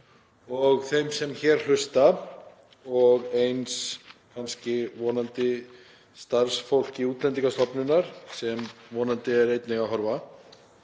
og þeim sem hér hlusta og eins kannski vonandi starfsfólki Útlendingastofnunar, sem vonandi er einnig að horfa,